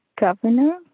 governor